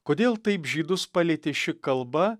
kodėl taip žydus palietė ši kalba